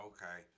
Okay